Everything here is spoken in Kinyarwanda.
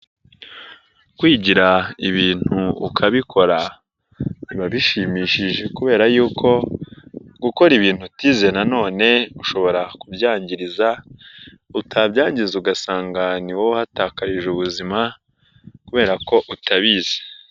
Kwigira ibintu ukabikora biba bishimishije kubera yuko gukora ibintu utize nanone ushobora kubyangiriza utabyangiza ugasanga ni wowe uhatakarije ubuzima kubera ko utabizi.